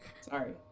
sorry